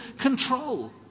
control